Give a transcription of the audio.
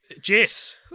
Jess